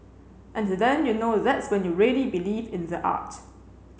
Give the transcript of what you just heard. and then you know that's when you really believe in the art